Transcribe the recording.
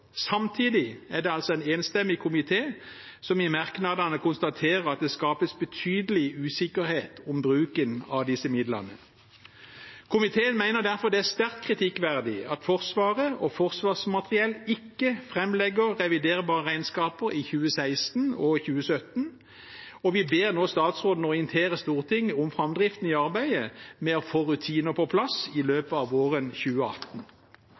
Samtidig er det en enstemmig komité som i merknadene konstaterer at det skapes betydelig usikkerhet om bruken av disse midlene. Komiteen mener derfor det er sterkt kritikkverdig at Forsvaret og Forsvarsmateriell ikke framlegger reviderbare regnskaper i 2016 og 2017, og vi ber nå statsråden orientere Stortinget om framdriften i arbeidet med å få rutiner på plass i løpet av våren 2018.